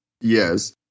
Yes